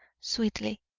sweetly.